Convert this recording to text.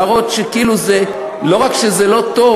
להראות שלא רק שזה לא טוב,